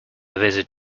visit